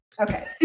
Okay